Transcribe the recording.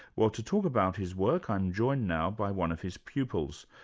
well, to talk about his work, i'm joined now by one of his pupils,